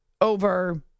over